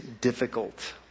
difficult